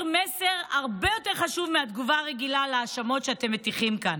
מסר הרבה יותר חשוב מהתגובה הרגילה להאשמות שאתם מטיחים כאן.